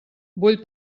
vull